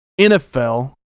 NFL